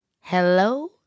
hello